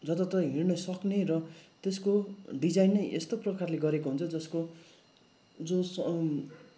जताततै हिँड्न सक्ने र त्यसको डिजाइन नै यस्तो प्रकारले गरेको हुन्छ जसको जो स